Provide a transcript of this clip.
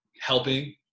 helping